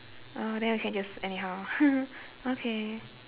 oh then we can just anyhow okay